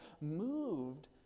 moved